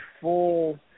full